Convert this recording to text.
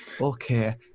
okay